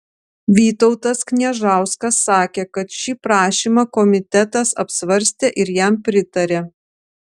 vytautas kniežauskas sakė kad šį prašymą komitetas apsvarstė ir jam pritarė